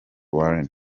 warren